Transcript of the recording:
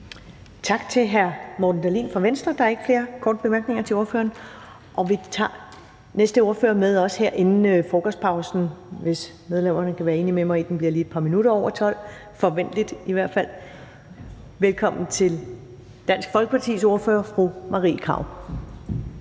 Tak til hr. Morten Dahlin fra Venstre. Der er ikke flere korte bemærkninger til ordføreren. Vi tager næste ordfører med også her inden frokostpausen, hvis medlemmerne er med på, at den lige bliver et par minutter over 12 – forventeligt i hvert fald. Velkommen til Dansk Folkepartis ordfører, fru Marie Krarup.